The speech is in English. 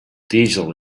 diesel